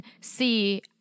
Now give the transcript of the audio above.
see